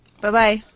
Bye-bye